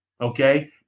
okay